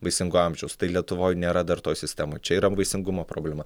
vaisingo amžiaus tai lietuvoj nėra dar to sistemoj čia yra vaisingumo problema